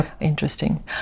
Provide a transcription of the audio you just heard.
interesting